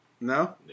No